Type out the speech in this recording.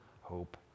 hope